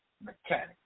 mechanic